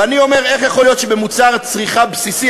ואני אומר: איך יכול להיות שעל מוצר צריכה בסיסי,